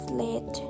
late